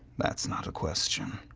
that's not a question.